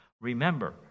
Remember